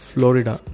Florida